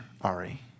Ari